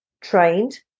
trained